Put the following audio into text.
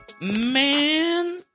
Man